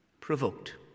provoked